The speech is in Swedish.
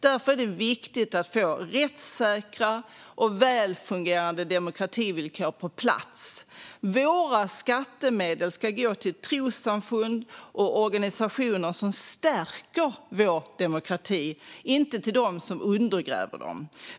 Därför är det viktigt att få rättssäkra och välfungerande demokrativillkor på plats. Våra skattemedel ska gå till trossamfund och organisationer som stärker vår demokrati och inte till dem som undergräver den.